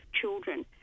children